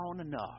enough